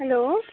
hello